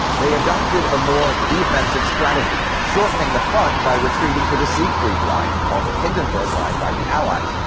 they adopted a more defensive strategy, shortening the front by retreating to the siegfried line, called the hindenburg line by the allies,